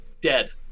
dead